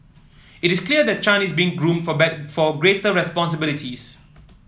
it is clear that Chan is being groomed for better for greater responsibilities